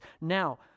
Now